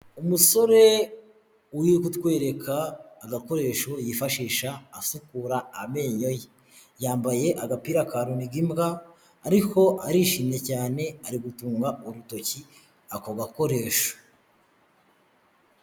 Umusore uri kutwereka agakoresho yifashisha asukura amenyo ye yambaye agapira karuniga imbwa ariko arishimye cyane ari gutunga urutoki ako gakoresho.